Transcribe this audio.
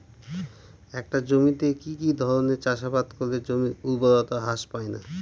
একটা জমিতে কি কি ধরনের চাষাবাদ করলে জমির উর্বরতা হ্রাস পায়না?